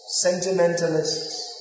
sentimentalists